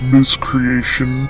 Miscreation